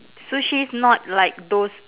sushis not like those